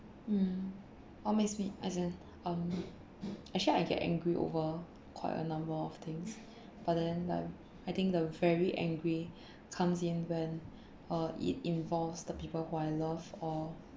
mm what makes me as in um actually I get angry over quite a number of things but then like I think the very angry comes in when uh it involves the people who I love or